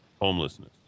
homelessness